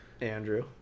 Andrew